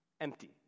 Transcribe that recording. empty